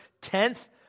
tenth